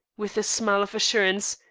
with a smile of assurance,